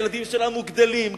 הילדים שלנו גדלים,